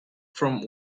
from